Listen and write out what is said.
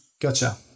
Gotcha